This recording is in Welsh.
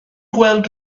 gweld